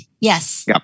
yes